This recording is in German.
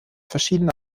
verschiedene